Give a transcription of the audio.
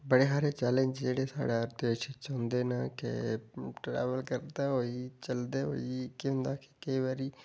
बड़े सारे चैलेंज जेह्ड़े साढ़े देश च औंदे न के ट्रेवल करदे होई चलदे होई केह् होंदा के केईं बारी